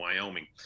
Wyoming